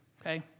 okay